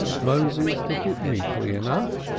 moses took it meekly enough,